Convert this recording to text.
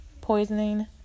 poisoning